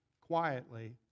quietly